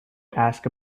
ask